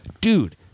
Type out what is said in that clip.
dude